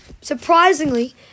surprisingly